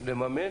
לממן